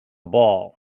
ball